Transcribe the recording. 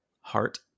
heart